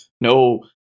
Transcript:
No